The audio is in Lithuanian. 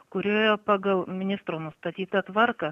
kurioje pagal ministro nustatytą tvarką